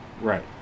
right